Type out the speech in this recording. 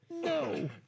No